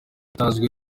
utazwi